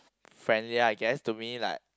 friendly I guess to me like